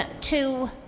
Two